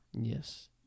Yes